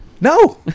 No